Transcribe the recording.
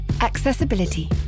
Accessibility